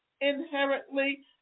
inherently